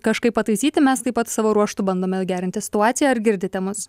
kažkaip pataisyti mes taip pat savo ruožtu bandome gerinti situaciją ar girdite mus